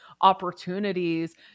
opportunities